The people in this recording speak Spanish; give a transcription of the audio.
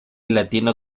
latino